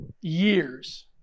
years